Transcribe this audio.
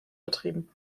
betrieben